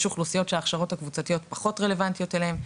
יש אוכלוסיות שההכשרות הקבוצתיות פחות רלוונטיות אליהן,